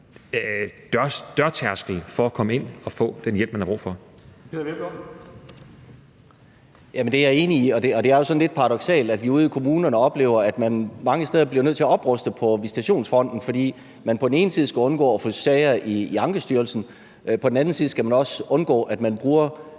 Peder Hvelplund. Kl. 12:14 Peder Hvelplund (EL): Jamen det er jeg enig i. Det er jo sådan lidt paradoksalt, at vi ude i kommunerne oplever, at man mange steder bliver nødt til at opruste på visitationsfronten, fordi man på den ene side skal undgå at få sager i Ankestyrelsen og på den anden side skal undgå, at man bruger